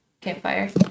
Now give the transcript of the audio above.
Campfire